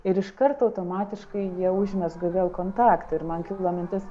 ir iškart automatiškai jie užmezga vėl kontaktą ir man kilo mintis